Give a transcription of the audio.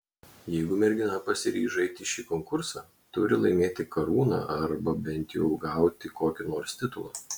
jeigu mergina pasiryžo eiti į šį konkursą turi laimėti karūną arba bent jau gauti kokį nors titulą